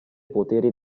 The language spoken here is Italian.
poteri